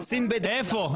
איפה?